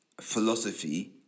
philosophy